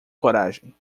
coragem